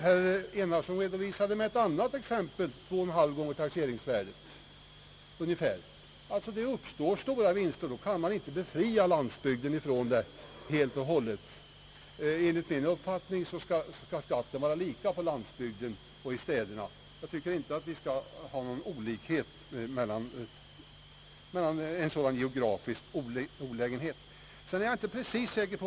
Han redovisade ett: exempel där försäljningspriset var två och en halv gånger taxeringsvärdet, och då kan man inte medge skattebefrielse. Enligt min mening skall skatten vara lika på landsbygden och i städerna — vi skall inte ha någon olikhet i geografiskt avseende.